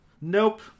Nope